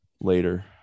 later